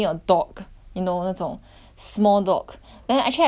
small dog then actually I got ask my mother before but she